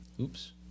oops